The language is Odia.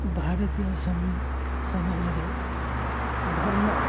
ଭାରତୀୟ ସମ ସମାଜରେ ଧର୍ମ